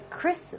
Chris